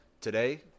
Today